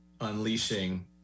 unleashing